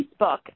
Facebook